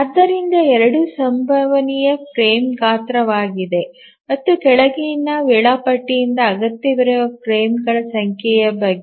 ಆದ್ದರಿಂದ 2 ಸಂಭವನೀಯ ಫ್ರೇಮ್ ಗಾತ್ರವಾಗಿದೆ ಮತ್ತು ಕೆಳಗಿನವು ವೇಳಾಪಟ್ಟಿಯಿಂದ ಅಗತ್ಯವಿರುವ ಫ್ರೇಮ್ಗಳ ಸಂಖ್ಯೆಯ ಬಗ್ಗೆ